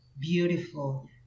beautiful